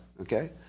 Okay